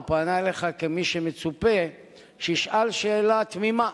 אלא פנה אליך כמי שמצופה שישאל שאלה תמימה: